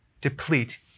deplete